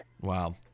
Wow